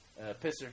pisser